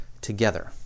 together